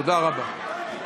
תודה רבה.